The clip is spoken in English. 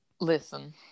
Listen